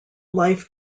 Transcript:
life